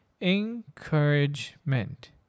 encouragement